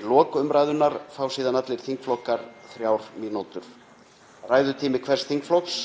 Í lok umræðunnar fá síðan allir þingflokkar þrjár mínútur. Ræðutími hvers þingflokks